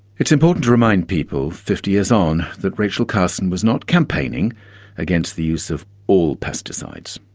it's important to remind people fifty years on that rachel carson was not campaigning against the use of all pesticides,